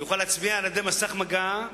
יוכל להצביע על-ידי מסך מגע,